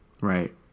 Right